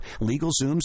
LegalZoom's